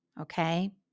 okay